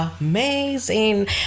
amazing